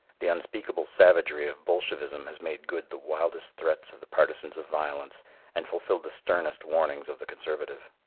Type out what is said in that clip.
the unspeakable savagery of bolshevism has made good the wildest threats of the partisans of violence and fulfilled the sternest warnings of the conservative.